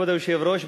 כבוד היושב-ראש,